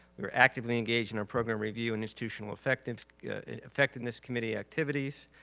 we're actively engaged in our program review in institutional effectiveness effectiveness committee activities.